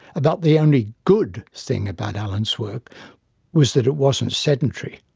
about the only good thing about alan's work was that it wasn't sedentary.